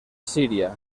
síria